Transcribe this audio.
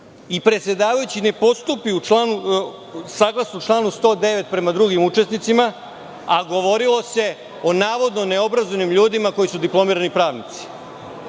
i predsedavajući ne postupi saglasno članu 109. prema drugim učesnicima, a govorilo se o navodno neobrazovanim ljudima koji su diplomirani pravnici.